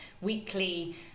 weekly